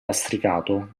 lastricato